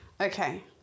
Okay